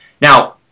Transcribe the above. Now